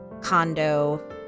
condo